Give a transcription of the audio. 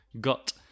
got